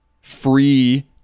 free